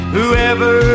Whoever